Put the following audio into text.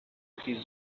his